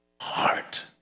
heart